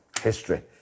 history